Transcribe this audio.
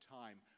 time